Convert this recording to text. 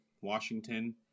Washington –